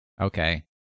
Okay